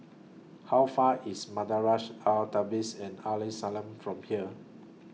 How Far IS Madrasah Al Tahzibiah and Al Islamiah from here